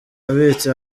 abitse